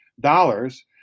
dollars